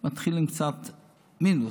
מתחילים קצת במינוס.